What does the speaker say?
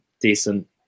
decent